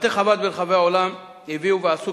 בתי-חב"ד ברחבי העולם הביאו ועשו,